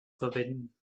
verwenden